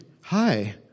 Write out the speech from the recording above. hi